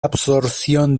absorción